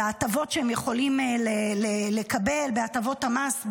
בהטבות שהם יכולים לקבל בהטבות המס,